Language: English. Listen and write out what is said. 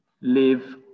live